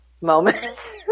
Moments